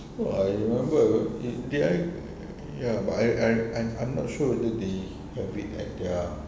oh I remember it did I ya but I I I'm not sure whether they have it at their